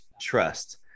trust